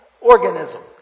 organism